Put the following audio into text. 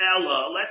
Ella